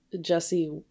jesse